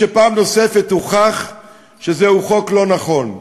שפעם נוספת הוכח שזהו חוק לא נכון,